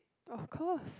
of course